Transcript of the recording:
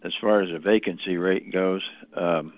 as far as a vacancy rate goes